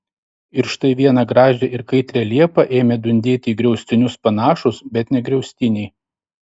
ir štai vieną gražią ir kaitrią liepą ėmė dundėti į griaustinius panašūs bet ne griaustiniai